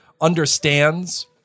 understands